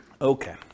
Okay